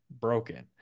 broken